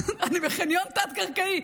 אני בחניון תת-קרקעי.